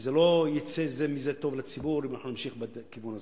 ולא יצא מזה טוב לציבור, אם נמשיך בכיוון הזה.